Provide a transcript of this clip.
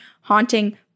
haunting